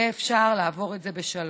ויהיה אפשר לעבור את זה בשלום.